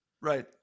Right